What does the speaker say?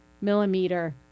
millimeter